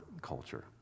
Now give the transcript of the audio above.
culture